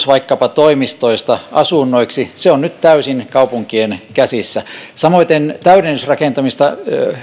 vaikkapa toimistoista asunnoiksi on nyt täysin kaupunkien käsissä samoiten täydennysrakentamista